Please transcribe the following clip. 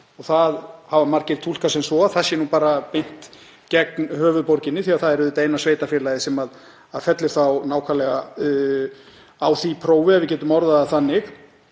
Það hafa margir túlkað sem svo að því sé beint gegn höfuðborginni því að það er auðvitað eina sveitarfélagið sem fellur þá nákvæmlega á því prófi, ef við getum orðað það þannig.